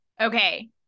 Okay